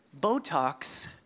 Botox